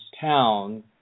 town –